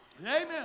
Amen